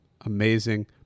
Amazing